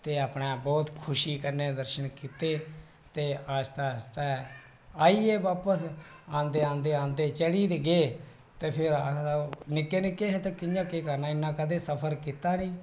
ते अपने बहुत खुशी कन्नै दर्शन कीते ते आस्ता आस्ता आई गे बापस आंदे आंदे चढ़ी ते गे ते फिर अस निक्के निक्के हे ते कियां केह् करना इ्ना कदें सफर कीता नेईं